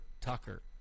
Tucker